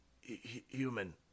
Human